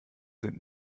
sind